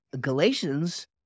galatians